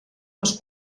les